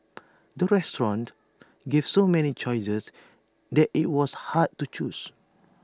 the restaurant gave so many choices that IT was hard to choose